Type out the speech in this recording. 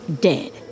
Dead